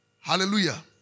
Hallelujah